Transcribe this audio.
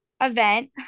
event